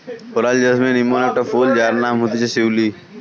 coral jasmine ইমন একটা ফুল যার নাম হতিছে শিউলি